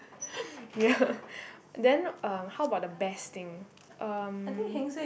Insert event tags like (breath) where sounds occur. (breath) ya then um how about the best thing um